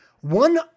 One